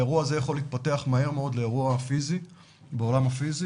האירוע הזה יכול להתפתח מהר מאוד לאירוע בעולם הפיזי.